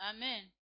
Amen